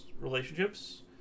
relationships